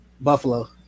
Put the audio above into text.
Buffalo